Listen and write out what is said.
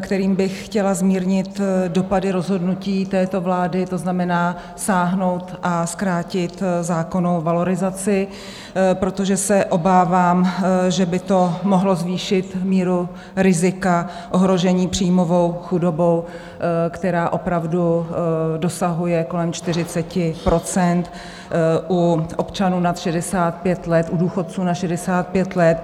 kterými bych chtěla zmírnit dopady rozhodnutí této vlády, to znamená sáhnout a zkrátit zákonnou valorizaci, protože se obávám, že by to mohlo zvýšit míru rizika ohrožení příjmovou chudobou, která opravdu dosahuje kolem 40 % u občanů nad 65 let, u důchodců nad 65 let.